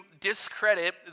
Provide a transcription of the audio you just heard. discredit